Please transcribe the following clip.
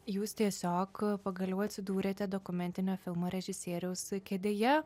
jūs tiesiog pagaliau atsidūrėte dokumentinio filmo režisieriaus kėdėje